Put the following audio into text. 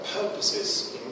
purposes